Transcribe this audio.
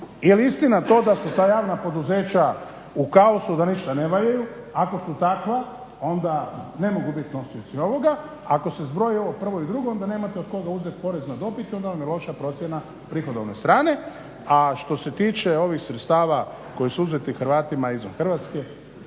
Jel istina to da su ta javna poduzeća u kaosu da ništa ne valjaju? Ako su takva onda ne mogu biti nosioci ovoga. Ako se zbroji ovo prvo i drugo onda nemate od koga uzeti porez na dobit i onda vam je loša prihodovne strane. A što se tiče ovih sredstava koji su uzeti Hrvatima izvan Hrvatske,